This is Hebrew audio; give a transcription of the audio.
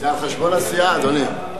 זה על חשבון הסיעה, אדוני.